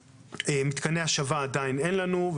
מתקני השבה עדיין אין לנו.